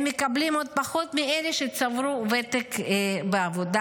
הם מקבלים עוד פחות מאלה שצברו ותק בעבודה